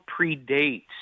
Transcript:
predates